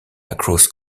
across